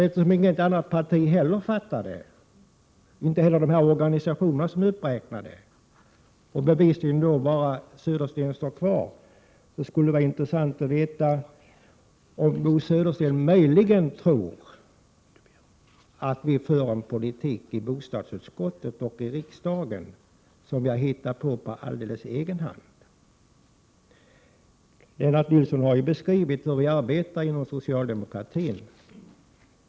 Eftersom inte representanter från något parti fattar, inte heller representanter för de uppräknade organisationerna, är det uppenbarligen bara Bo Södersten som återstår. Det skulle vara intressant att veta om Bo Södersten möjligen tror att vi i bostadsutskottet och i riksdagen för en politik som vi har hittat på alldeles själva. Lennart Nilsson har beskrivit hur vi arbetar inom socialdemokratin.